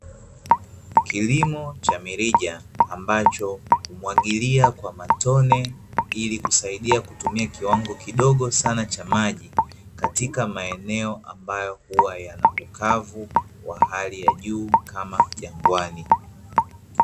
Kilimo cha mirija ambacho humwagilia kwa matone ili kusaidia kutumia kiwango kidogo sana cha maji katika maeneo ambayo huwa yana ukavu wa hali ya juu, kama jangwani.